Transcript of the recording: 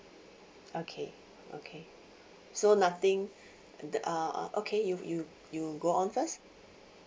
okay okay so nothing the uh uh okay you you you go on first